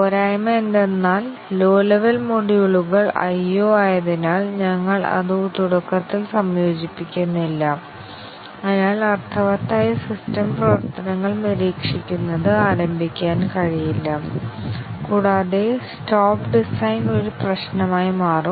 പോരായ്മ എന്തെന്നാൽ low level മൊഡ്യൂളുകൾ IO ആയതിനാൽ ഞങ്ങൾ അത് തുടക്കത്തിൽ സംയോജിപ്പിക്കുന്നില്ല അതിനാൽ അർത്ഥവത്തായ സിസ്റ്റം പ്രവർത്തനങ്ങൾ നിരീക്ഷിക്കുന്നത് ആരംഭിക്കാൻ കഴിയില്ല കൂടാതെ സ്റ്റോപ്പ് ഡിസൈൻ ഒരു പ്രശ്നമായി മാറും